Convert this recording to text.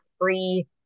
free